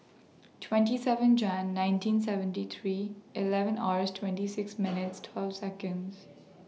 twenty seven Jane nineteen seventy three eleven Or twenty six minute twelve Seconds